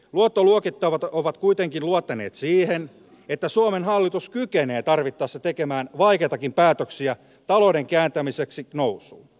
luottoluokittajat ovat kuitenkin luottaneet siihen että suomen hallitus kykenee tarvittaessa tekemään vaikeitakin päätöksiä talouden kääntämiseksi nousuun